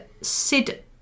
Sid